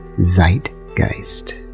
Zeitgeist